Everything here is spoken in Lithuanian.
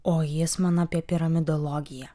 o jis man apie piramidologiją